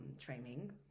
training